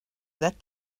that